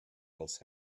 else